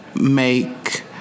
make